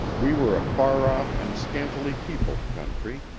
we were a far-off and scantily-peopled country,